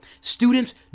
students